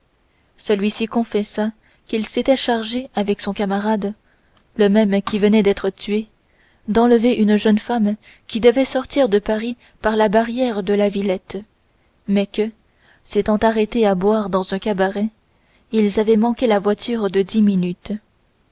celui-ci confessa qu'il s'était chargé avec son camarade le même qui venait d'être tué d'enlever une jeune femme qui devait sortir de paris par la barrière de la villette mais que s'étant arrêtés à boire dans un cabaret ils avaient manqué la voiture de dix minutes